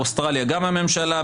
אוסטרליה גם הממשלה.